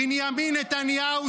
בנימין נתניהו,